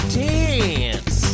dance